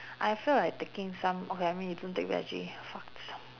I feel like taking some okay I mean you don't take veggie fuck